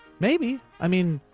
maybe, i mean,